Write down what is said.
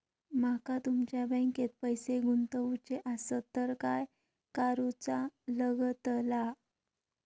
माका तुमच्या बँकेत पैसे गुंतवूचे आसत तर काय कारुचा लगतला?